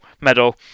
Medal